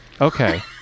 Okay